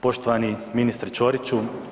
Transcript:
Poštovani ministre Ćoriću.